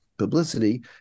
publicity